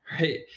right